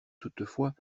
toutefois